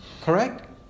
Correct